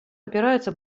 опираются